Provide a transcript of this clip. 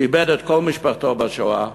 שאיבד את כל משפחתו בשואה: